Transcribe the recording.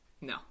No